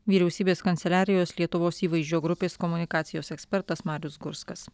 vyriausybės kanceliarijos lietuvos įvaizdžio grupės komunikacijos ekspertas marius gurskas